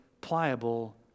Pliable